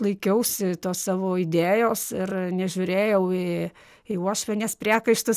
laikiausi tos savo idėjos ir nežiūrėjau į į uošvienės priekaištus